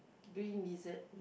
green wizard